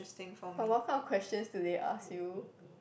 but what kind of questions do they ask you